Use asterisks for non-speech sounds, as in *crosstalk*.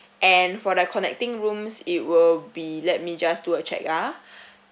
and for the connecting rooms it will be let me just do a check ah *breath*